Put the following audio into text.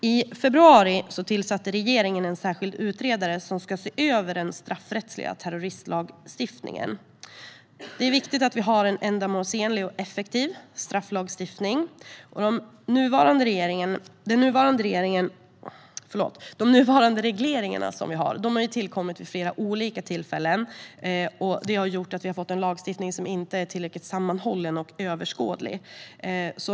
I februari tillsatte regeringen en särskild utredare som ska se över den straffrättsliga terroristlagstiftningen. Det är viktigt att vi har en ändamålsenlig och effektiv strafflagstiftning. De nuvarande regleringarna har tillkommit vid flera olika tillfällen, och det har gjort att vi har fått en lagstiftning som inte är tillräckligt sammanhållen eller överskådlig.